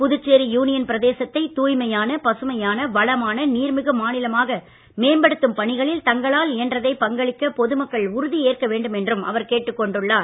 Puducherry union பிரதேசத்தை தூய்மையான பசுமையான வளமான நீர்மிகு மாநிலமாக மேம்படுத்தும் பணிகளில் தங்களால் இயன்றதை பங்களிக்க பொதுமக்கள் உறுதி ஏற்க வேண்டும் என்றும் அவர் கேட்டுக் கொண்டுள்ளார்